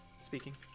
speaking